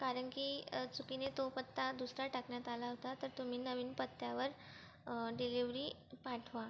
कारण की चुकीने तो पत्ता दुसरा टाकण्यात आला होता तर तुम्ही नवीन पत्त्यावर डिलीवरी पाठवा